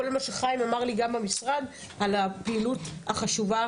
כולל מה שחיים אמר לי גם במשרד על הפעילות החשובה.